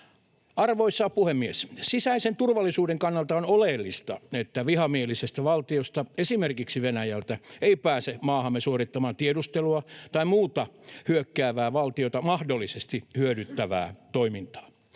Arvoisa puhemies! Sisäisen turvallisuuden kannalta on oleellista, että vihamielisestä valtiosta, esimerkiksi Venäjältä, ei pääse maahamme suorittamaan tiedustelua tai muuta hyökkäävää valtiota mahdollisesti hyödyttävää toimintaa.